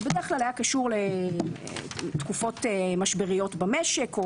זה בדרך כלל היה קשור לתקופות משבריות במשק או